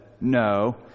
no